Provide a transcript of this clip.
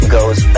goes